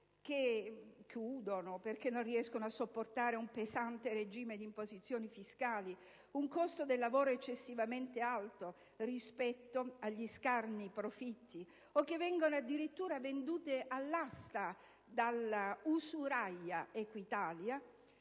che chiudono, perché non riescono a sopportare un pesante regime di imposizioni fiscali, un costo del lavoro eccessivamente alto rispetto agli scarni profitti, o che vengono addirittura vendute all'asta dalla usuraia Equitalia,